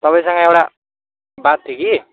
तपाईँसँग एउटा बात थियो कि